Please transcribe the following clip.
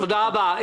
תודה רבה.